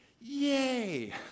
Yay